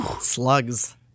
Slugs